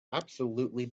absolutely